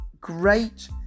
great